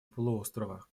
полуострова